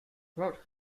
throughout